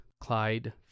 Clyde